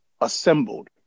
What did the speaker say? assembled